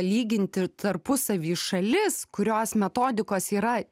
lyginti tarpusavy šalis kurios metodikos yra